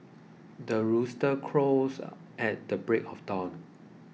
the rooster crows at the break of dawn